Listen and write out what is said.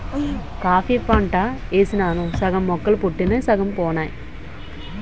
coffee పంట యేసినాను సగం మొక్కలు పుట్టినయ్ సగం పోనాయి